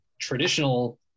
traditional